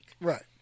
Right